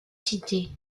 cités